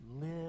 live